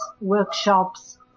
workshops